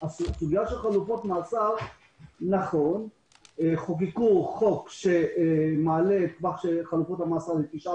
בסוגיה של חלופות מאסר חוקקו חוק שמעלה את טווח חלופות המאסר לתשעה